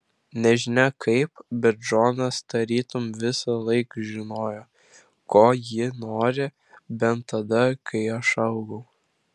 nežinia kaip bet džonas tarytum visąlaik žinojo ko ji nori bent tada kai aš augau